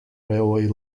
railway